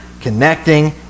connecting